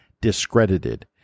discredited